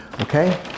okay